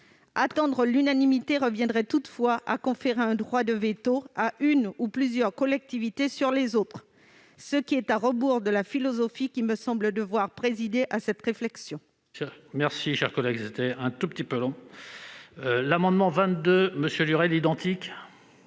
Attendre l'unanimité reviendrait toutefois à conférer un droit de veto à une ou à plusieurs collectivités sur les autres, ce qui est à rebours de la philosophie semblant devoir présider à cette réflexion.